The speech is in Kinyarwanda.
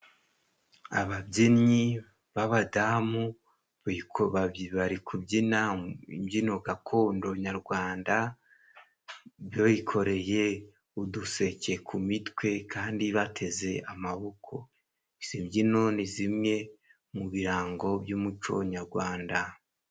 Ababyinnyi b'abadamu bari kubyina mu mbyino gakondo nyarwanda. Bikoreye uduseke ku mitwe kandi bateze amaboko. Izi byino ni zimwe mu birango by'umuco nyarwanda.